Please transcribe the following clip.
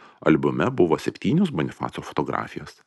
albume buvo septynios bonifaco fotografijos